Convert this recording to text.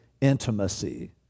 intimacy